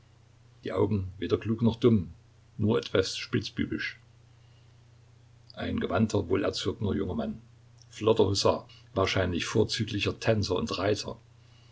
die augen weder klug noch dumm nur etwas spitzbübisch ein gewandter wohlerzogener junger mann flotter husar wahrscheinlich vorzüglicher tänzer und